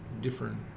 different